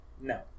No